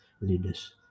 leaders